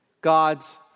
God's